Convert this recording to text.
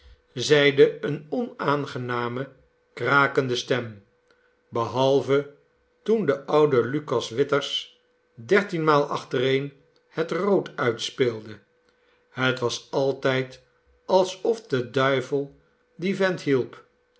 zeide eene onaangename krakende stem behalve toen de oude lucas withers dertienmaal achtereen het rood uitspeelde het was altijd alsof de duivel dien vent hielp